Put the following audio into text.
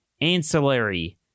ancillary